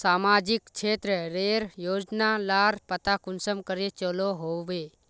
सामाजिक क्षेत्र रेर योजना लार पता कुंसम करे चलो होबे?